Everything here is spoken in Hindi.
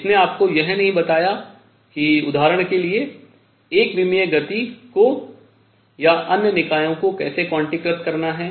इसने आपको यह नहीं बताया कि उदाहरण के लिए एक विमीय गति को या अन्य निकायों को कैसे क्वांटीकृत करना है